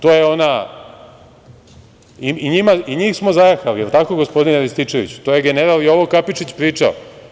To je ona, i njih smo zajahali, jel tako gospodine Rističeviću, to je general Jovo Kapičić, pričao.